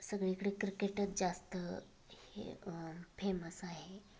सगळीकडे क्रिकेटच जास्त हे फेमस आहे